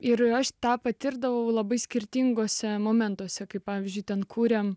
ir aš tą patirdavau labai skirtinguose momentuose kaip pavyzdžiui ten kuriant